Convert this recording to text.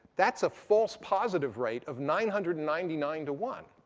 that's a false positive rate of nine hundred and ninety nine to one.